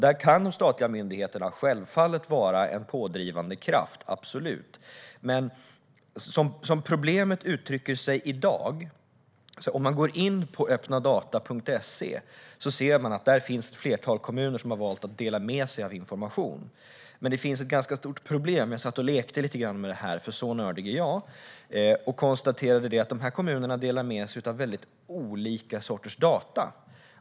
Där kan de statliga myndigheterna självfallet vara en pådrivande kraft - absolut. Om man går in på oppnadata.se ser man att där finns ett flertal kommuner som har valt att dela med sig av information. Men det finns ett ganska stort problem. Jag satt och lekte lite grann med det här, för så nördig är jag, och konstaterade att de här kommunerna delar med sig av väldigt olika sorters data.